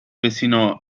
vecino